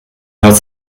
hört